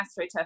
astroturf